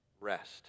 rest